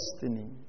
destiny